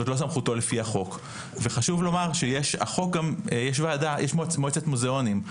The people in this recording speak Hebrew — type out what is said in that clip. זאת לא סמכותו לפי החוק וחשוב לומר שהחוק גם יש מועצת מוזיאונים,